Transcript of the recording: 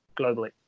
globally